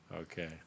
Okay